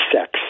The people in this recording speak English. sex